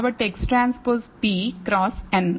కాబట్టి XT p cross n